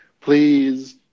Please